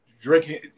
drinking